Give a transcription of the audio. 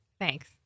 Thanks